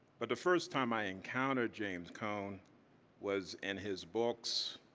but the first time i encountered james cone was in his books,